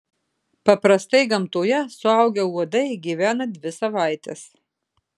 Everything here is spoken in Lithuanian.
paprastai gamtoje suaugę uodai gyvena dvi savaites